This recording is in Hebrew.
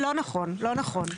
לא נכון, לא נכון.